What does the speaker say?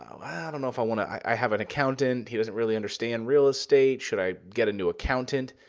i don't know if i want to i have an accountant. he doesn't really understand real estate. should i get a new accountant?